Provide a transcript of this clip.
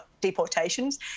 deportations